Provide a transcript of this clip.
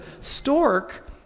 stork